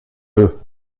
eux